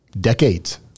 decades